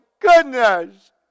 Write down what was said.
goodness